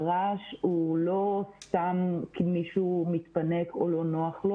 הרעש הוא לא סתם כי מישהו מתפנק כי לא נוח לו